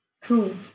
true